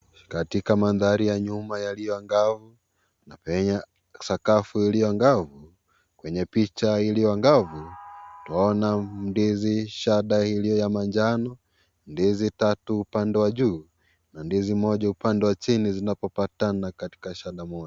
Katika mandhari ya nyuma yaliyo angavu na pia sakafu iliyo angavu kwenye picha iliyo angavu, twaona ndizi shada iliyo ya manjano, ndizi tatu upande wa juu na ndizi moja upande wa chini zinapopatana katika shada moja.